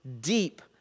deep